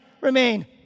Remain